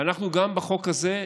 אנחנו גם בחוק הזה,